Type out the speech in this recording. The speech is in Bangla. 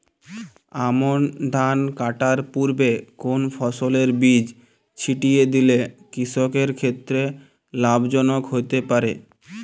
আমন ধান কাটার পূর্বে কোন ফসলের বীজ ছিটিয়ে দিলে কৃষকের ক্ষেত্রে লাভজনক হতে পারে?